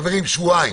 חברים, שבועיים,